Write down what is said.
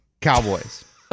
Cowboys